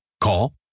Call